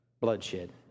bloodshed